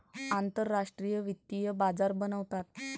आंतरराष्ट्रीय वित्तीय बाजार बनवतात